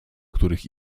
których